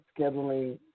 scheduling